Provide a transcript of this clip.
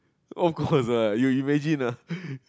of course ah you imagine ah